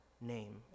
name